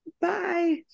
Bye